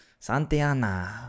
santiana